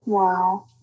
Wow